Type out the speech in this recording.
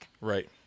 Right